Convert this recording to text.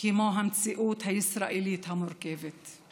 כמו המציאות הישראלית המורכבת.